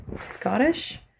Scottish